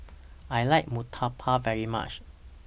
I like Murtabak very much